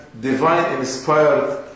divine-inspired